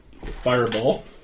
Fireball